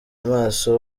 amaso